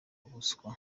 ubuswa